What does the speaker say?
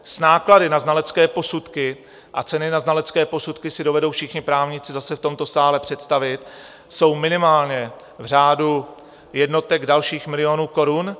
Náklady na znalecké posudky a ceny na znalecké posudky si dovedou všichni právníci zase v tomto sále představit, jsou minimálně v řádu jednotek dalších milionů korun.